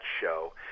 show